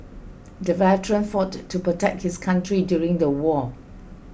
the veteran fought to protect his country during the war